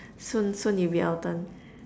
soon soon it'll be our turn